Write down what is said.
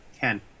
Ken